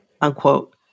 unquote